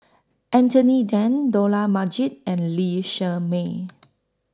Anthony Then Dollah Majid and Lee Shermay